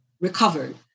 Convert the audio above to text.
recovered